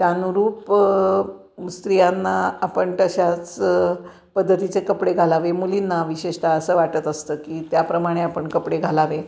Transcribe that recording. त्यानुरूप स्त्रियांना आपण तशाच पद्धतीचे कपडे घालावे मुलींना विशेषतः असं वाटत असतं की त्याप्रमाणे आपण कपडे घालावे